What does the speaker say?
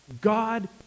God